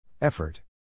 Effort